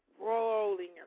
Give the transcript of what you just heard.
rolling